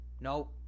Nope